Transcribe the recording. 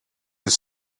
his